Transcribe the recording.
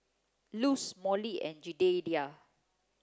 Luz Molly and Jedediah